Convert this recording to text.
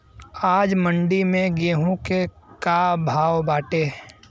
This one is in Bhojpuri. आज मंडी में गेहूँ के का भाव बाटे?